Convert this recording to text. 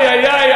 איי, איי, איי.